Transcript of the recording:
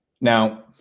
Now